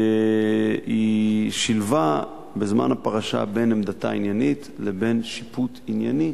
ובזמן הפרשה היא שילבה בין עמדתה העניינית לבין שיפוט ענייני